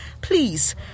please